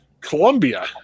Colombia